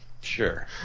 Sure